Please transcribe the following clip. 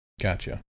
Gotcha